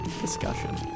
discussion